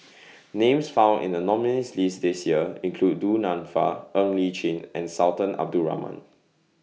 Names found in The nominees' list This Year include Du Nanfa Ng Li Chin and Sultan Abdul Rahman